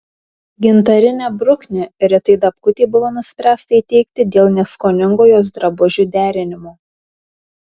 gintarinę bruknę ritai dapkutei buvo nuspręsta įteikti dėl neskoningo jos drabužių derinimo